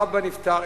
אבא נפטר,